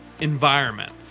environment